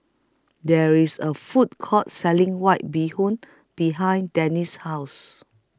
There IS A Food Court Selling White Bee Hoon behind Denis' House